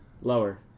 Lower